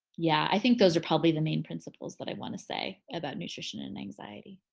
yeah, i think those are probably the main principles that i wanna say about nutrition and anxiety.